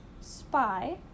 spy